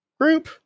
group